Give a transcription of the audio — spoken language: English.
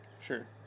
Sure